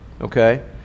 Okay